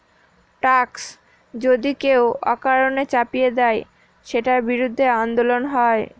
tax যদি কেউ অকারণে চাপিয়ে দেয়, সেটার বিরুদ্ধে আন্দোলন হয়